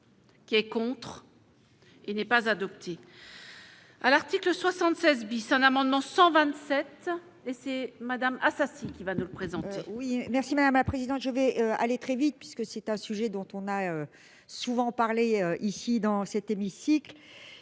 Qui est contre, il n'est pas adopté. à l'article 76 bis, un amendement 127 et c'est Madame Assassi qui va nous représenter. Oui merci madame la présidente, je vais aller très vite, puisque c'est un sujet dont on a souvent parlé ici dans cet hémicycle,